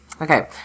okay